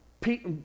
Pete